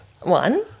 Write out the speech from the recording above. One